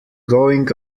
going